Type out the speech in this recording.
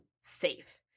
safe